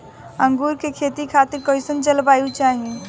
अंगूर के खेती खातिर कइसन जलवायु चाही?